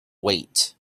wait